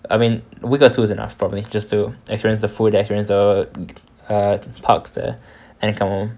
I mean a week or two is enough probably just to experience the food experience the err parks there then come home